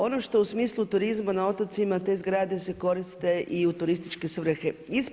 Ono što u smislu turizmu na otocima, te zgrade se koriste i u turističke svrhe.